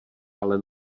ale